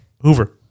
Hoover